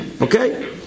Okay